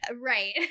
right